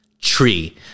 tree